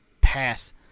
pass